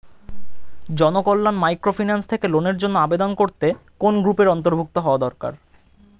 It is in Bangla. জনকল্যাণ মাইক্রোফিন্যান্স থেকে লোনের জন্য আবেদন করতে কোন গ্রুপের অন্তর্ভুক্ত হওয়া দরকার?